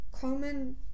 common